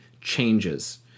changes